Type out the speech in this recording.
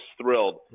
thrilled